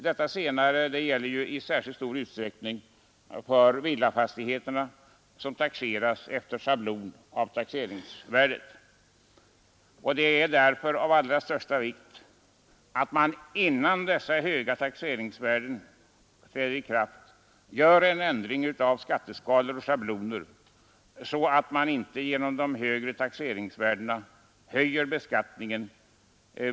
Det senare gäller ju i särskilt stor utsträckning för villafastigheterna, som taxeras efter ett schablonbelopp av taxeringsvärdet. Det är därför av allra största vikt att man innan dessa höga taxeringsvärden träder i kraft gör en ändring av skatteskalor och schabloner så att man inte genom de högre taxeringsvärdena höjer beskattningen.